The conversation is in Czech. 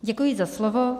Děkuji za slovo.